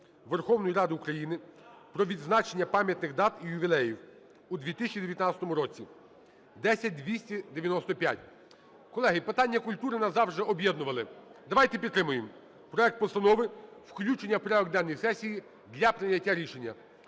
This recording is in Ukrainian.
Верховної Ради України "Про відзначення пам'ятних дат і ювілеїв у 2019 році" (10295). Колеги, питання культури нас завжди об'єднували. Давайте підтримаємо проект постанови, включення в порядок денний сесії для прийняття рішення.